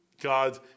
God